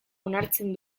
onartzen